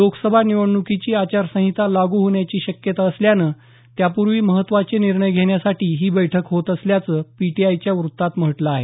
लोकसभा निवडण्कीची आचारसंहिता लागू होण्याची शक्यता असल्यानं त्यापूर्वी महत्त्वाचे निर्णय घेण्यासाठी ही बैठक होत असल्याचं पीटीआयच्या वृत्तात म्हटलं आहे